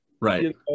Right